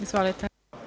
Izvolite.